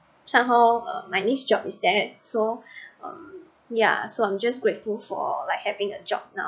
somehow uh my new job is that um so yeah so I'm just grateful for like having a job now